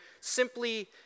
simply